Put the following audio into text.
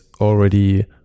already